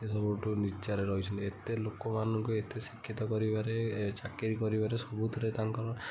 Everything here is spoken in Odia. ସବୁଠୁ ନିଚ୍ଚା ରେ ରହିଛନ୍ତି ଏତେ ଲୋକମାନଙ୍କୁ ଏତେ ଶିକ୍ଷିତ କରିବାରେ ଏ ଚାକିରି କରିବାରେ ସବୁଥିରେ ତାଙ୍କର